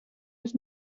was